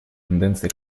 тенденция